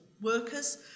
workers